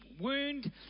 wound